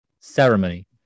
Ceremony